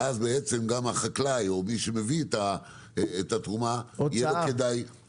ואז גם החקלאי או מי שמביא את התרומה יהיה לו כדאי לעסוק בזה.